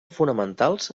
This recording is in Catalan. fonamentals